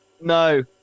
No